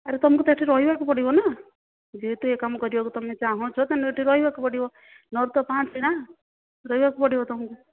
ଆରେ ତୁମକୁ ତ ଏଇଠି ରହିବାକୁ ପଡ଼ିବ ନା ଯେହେତୁ ଏ କାମ କରିବାକୁ ତୁମେ ଚାହୁଁଛ ତା ମାନେ ଏଇଠି ରହିବା କୁ ପଡ଼ିବ ନଅରୁ ତ ପାଞ୍ଚ ନା ରହିବାକୁ ପଡ଼ିବ ତୁମକୁ